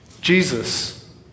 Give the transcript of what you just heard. Jesus